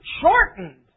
shortened